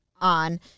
on